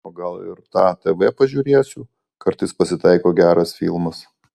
o gal ir tą tv pažiūrėsiu kartais pasitaiko geras filmas